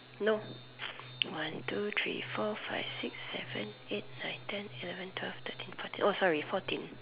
nope one two three four five six seven eight nine ten eleven twelve thirteen fourteen oh sorry fourteen